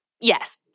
yes